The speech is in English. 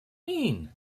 mean